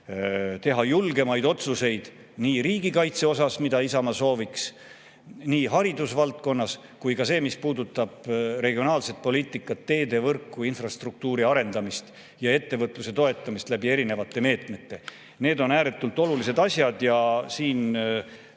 teha julgemaid otsuseid nii riigikaitse kohta, mida Isamaa sooviks, haridusvaldkonnas kui ka seal, mis puudutab regionaalset poliitikat, teedevõrku, infrastruktuuri arendamist ja ettevõtluse toetamist erinevate meetmetega. Need on ääretult olulised asjad. Siin